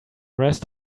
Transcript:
rest